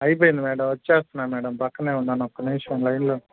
అయిపోయింది మేడం వస్తున్నాను మేడం పక్కనే ఉన్నాను ఒక్క నిమిషం లైన్లో